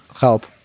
help